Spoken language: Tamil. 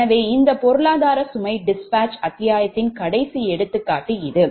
எனவே இந்த பொருளாதார சுமை dispatch அத்தியாயத்தின் கடைசி எடுத்துக்காட்டு இது